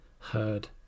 heard